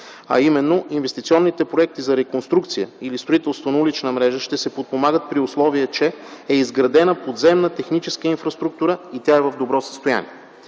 а именно инвестиционните проекти за реконструкция и строителство на улична мрежа ще се подпомагат при условие, че е изградена подземна техническа инфраструктура и тя е в добро състояние.